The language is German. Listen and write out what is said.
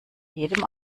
jedem